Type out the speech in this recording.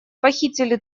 похитили